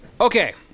Okay